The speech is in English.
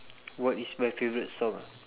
what is my favourite song